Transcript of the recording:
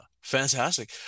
Fantastic